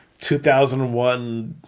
2001